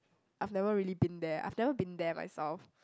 I've never really been there I've never been there myself